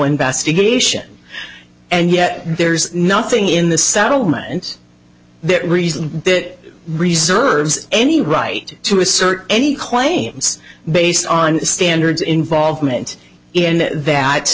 investigation and yet there's nothing in the settlements the reason that reserves any right to assert any claims based on standards involvement in that